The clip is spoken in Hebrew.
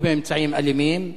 לא באמצעים אלימים,